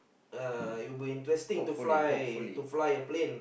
uh it will be interesting to fly to fly a plane